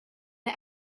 the